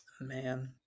Man